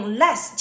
less